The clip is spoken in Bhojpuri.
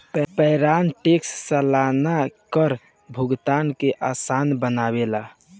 पेरोल टैक्स सलाना कर भुगतान के आसान बनावेला